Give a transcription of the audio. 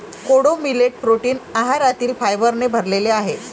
कोडो millet protein आहारातील फायबरने भरलेले आहे